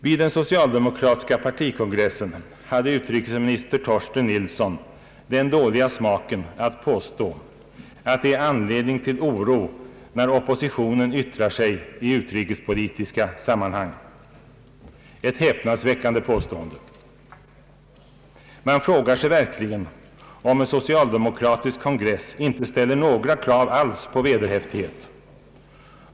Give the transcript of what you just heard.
Vid den socialdemokratiska partikongressen hade utrikesminister Torsten Nilsson den dåliga smaken att påstå att det är anledning till oro, när oppositionen yttrar sig i utrikespolitiska sammanhang — ett häpnadsväckande påstående! Man frågar sig verkligen om en socialdemokratisk kongress inte ställer några krav alls på vederhäftighet.